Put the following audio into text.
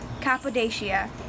Cappadocia